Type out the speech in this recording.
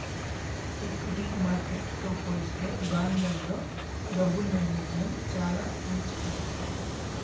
equity మార్కెట్టుతో పోలిత్తే బాండ్లల్లో డబ్బుని వెచ్చించడం చానా మంచి పధ్ధతి